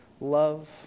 love